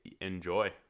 enjoy